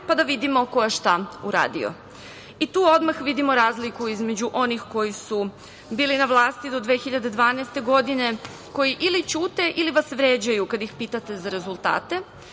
pa da vidimo ko je šta uradio. Tu odmah vidimo razliku između onih koji su bili na vlasti do 2012. godine, koji ili ćute ili vas vređaju kada ih pitate za rezultate